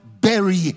bury